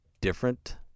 different